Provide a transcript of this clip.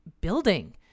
building